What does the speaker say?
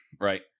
right